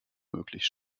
möglich